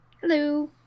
hello